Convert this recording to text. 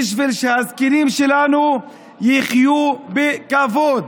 בשביל שהזקנים שלנו יחיו בכבוד.